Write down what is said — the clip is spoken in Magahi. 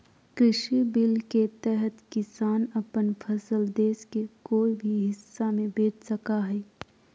कृषि बिल के तहत किसान अपन फसल देश के कोय भी हिस्सा में बेच सका हइ